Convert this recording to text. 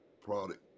product